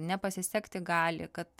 nepasisekti gali kad